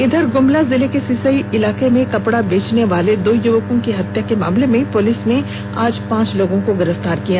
इधर गुमला जिले के सिसई इलाके में कपड़ा बेचने वाले दो युवकों की हत्या के मामले में पुलिस ने आज पांच लोगों को गिरफ्तार किया है